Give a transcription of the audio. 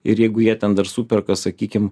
ir jeigu jie ten dar superka sakykim